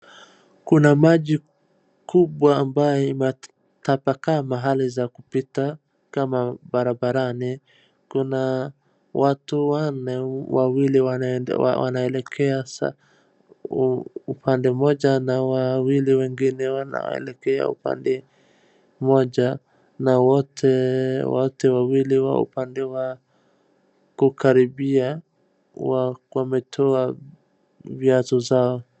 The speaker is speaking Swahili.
Kuna maji kubwa ambao imetapakaa mahali za kupita kama barabarani , kuna watu wanne , wawili wanaelekea upande mmoja na wawili wengine wanaelekea upande moja na wote wawili wa upande wa kukaribia wametoa viatu zao.